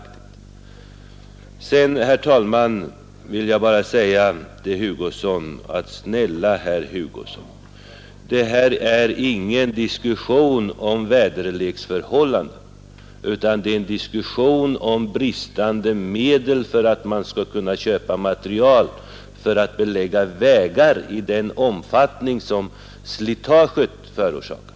Till slut, herr talman, vill jag bara säga till herr Hugosson: Det här är ingen diskussion om väderleksförhållanden, utan det är en diskussion om bristande medel till inköp av material för att belägga vägar i den omfattning som slitaget förorsakar.